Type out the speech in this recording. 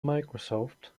microsoft